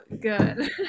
good